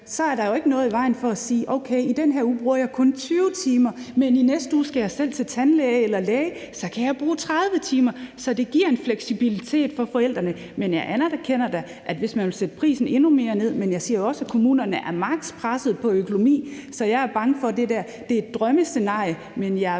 – er der jo ikke noget i vejen for at sige, at okay, i den her uge bruger jeg kun 20 timer, men i næste uge skal jeg selv til tandlæge eller læge, og så kan jeg bruge 30 timer. Så det giver en fleksibilitet for forældrene, men jeg anerkender det da, hvis man vil sætte prisen endnu mere ned. Men jeg siger også, at kommunerne er maks. pressede på økonomien, så jeg er bange for, at det der er et drømmescenarie, men jeg vil